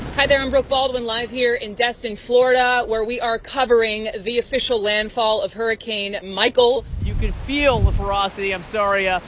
hi there. i'm brooke baldwin, live here in destin, fla, and where we are covering the official landfall of hurricane michael you can feel the ferocity. i'm sorry. ah